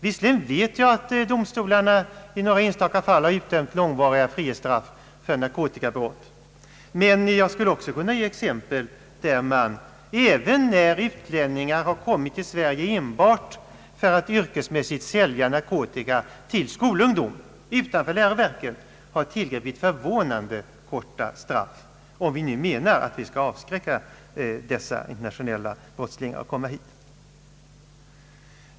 Visserligen vet jag att domstolarna i några enstaka fall har utdömt långvariga frihetsstraff för narkotikabrott, men jag skulle också kunna ge exempel på att man, även när det gällt utlänningar som har kommit till Sverige enbart för att yrkesmässigt sälja narkotika till skolungdom utanför läroverken, har utmätt förvånande korta straff — om vi nu menar att de skall avhålla dessa internationella brottslingar från att komma hit.